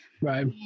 Right